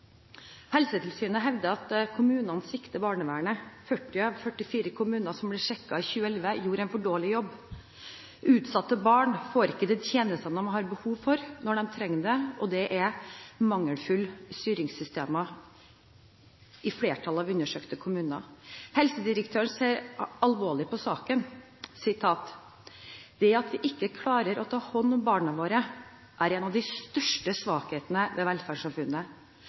Helsetilsynet hevder at kommunene svikter barnevernet. 40 av 44 kommuner som ble sjekket i 2011, gjorde en for dårlig jobb. Utsatte barn får ikke de tjenestene de har behov for, når de trenger det, og det er mangelfulle styringssystemer i flertallet av undersøkte kommuner. Helsedirektøren ser alvorlig på saken: «– Det at vi ikke klarer å ta hånd om barna våre, er en av de største svakhetene ved velferdssamfunnet.